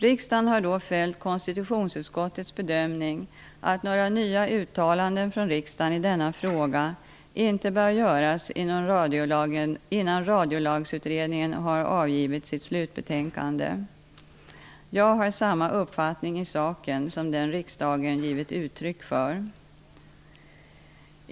Riksdagen har då följt konstitutionsutskottets bedömning att några nya uttalanden från riksdagen i denna fråga inte bör göras innan Radiolagsutredningen har avgivit sitt slutbetänkande . Jag har samma uppfattning i saken som den riksdagen givit uttryck för.